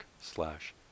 slash